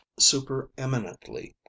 supereminently